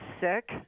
sick